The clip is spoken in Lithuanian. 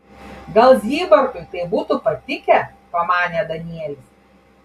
gal zybartui tai būtų patikę pamanė danielis